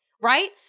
right